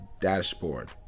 dashboard